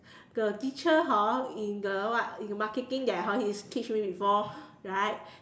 the teacher hor in the what in the marketing that hor he teach me before right